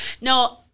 No